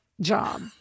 job